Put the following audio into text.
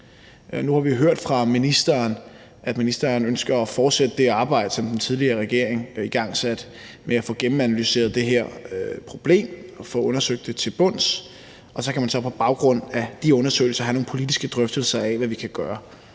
Nu har vi hørt fra ministeren, at ministeren ønsker at fortsætte det arbejde, som den tidligere regering igangsatte med at få gennemanalyseret det her problem og få undersøgt det til bunds, og så kan man så på baggrund af de undersøgelser have nogle politiske drøftelser af, hvad vi kan gøre.